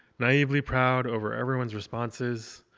naively proud over everyone's responses.